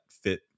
fit